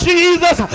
Jesus